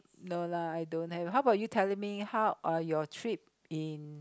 no lah I don't have how bout you telling me how uh your trip in